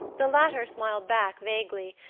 the latter smiled back vaguely,